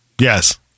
Yes